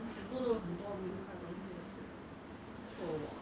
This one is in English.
why do they have home gyms or whatever they decide to do that because they used to